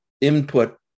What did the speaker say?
input